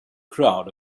crowd